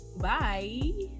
Bye